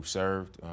served